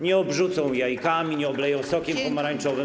Nie obrzucą jajkami, nie obleją sokiem pomarańczowym.